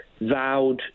vowed